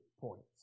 points